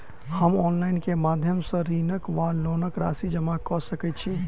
हम ऑनलाइन केँ माध्यम सँ ऋणक वा लोनक राशि जमा कऽ सकैत छी?